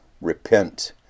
repent